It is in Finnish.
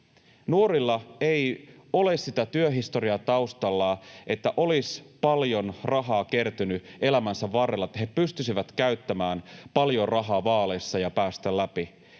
Nuorilla ei ole sitä työhistoriaa taustallaan, että olisi paljon rahaa kertynyt elämänsä varrella, niin että he pystyisivät käyttämään paljon rahaa vaaleissa ja pääsemään läpi.